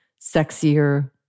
sexier